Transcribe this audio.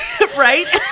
right